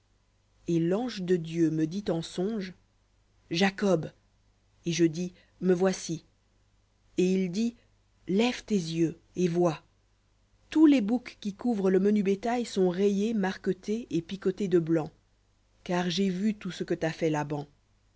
et l'ange de dieu me dit en songe jacob et je dis me voici et il dit lève tes yeux et vois tous les boucs qui couvrent le menu bétail sont rayés marquetés et picotés de blanc car j'ai vu tout ce que t'a fait laban